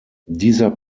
dieser